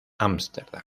ámsterdam